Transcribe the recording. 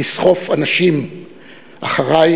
ולסחוף אנשים אחרייך.